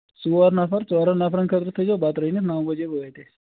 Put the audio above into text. ژور نَفر ژورَن نَفرَن خٲطرٕ تھٲزیو بَتہٕ رٔنِتھ نو بَجے وٲتۍ أسۍ